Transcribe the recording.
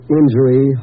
injury